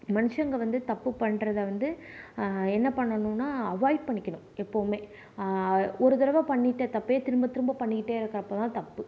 மனுஷங்க வந்து தப்பு பண்றதை வந்து என்ன பண்ணனும்னா அவாய்ட் பண்ணிக்கணும் எப்பவுமே ஒரு தடவை பண்ணிக்கிட்ட தப்பே திரும்பத் திரும்ப பண்ணிக்கிட்டே இருக்கப்போ தான் தப்பு